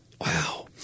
Wow